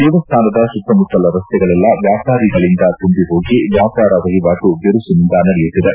ದೇವಸ್ಥಾನದ ಸುತ್ತಮುತ್ತಲ ರಸ್ಗಳೆಲ್ಲ ವ್ಯಾಪಾರಿಗಳಿಂದ ತುಂಬಿಹೋಗಿ ವ್ಯಾಪಾರ ವಹಿವಾಟು ಬಿರುಸಿನಿಂದ ನಡೆಯುತ್ತಿದೆ